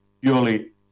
purely